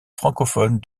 francophones